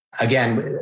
Again